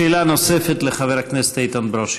שאלה נוספת לחבר הכנסת איתן ברושי.